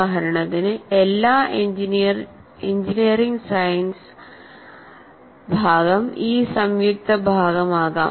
ഉദാഹരണത്തിന്എല്ലാ engineering science ഭാഗം ഈ സംയുക്ത ഭാഗമാകാം